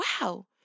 wow